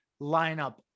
lineup